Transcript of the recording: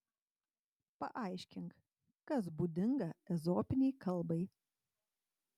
paaiškink kas būdinga ezopinei kalbai